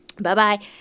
Bye-bye